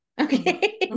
Okay